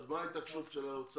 אז מה ההתעקשות של האוצר?